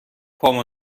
پامو